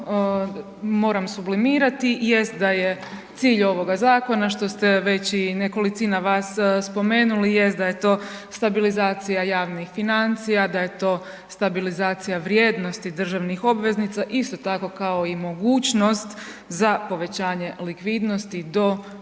moram sublimirati jest da je cilj ovoga zakona, što ste već i nekolicina vas spomenuli jest da je to stabilizacija javnih financija, stabilizacija vrijednosti državnih obveznica, isto tako kao i mogućnost za povećanje likvidnosti do oko